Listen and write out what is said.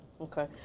okay